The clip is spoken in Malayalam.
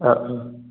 ആ ആ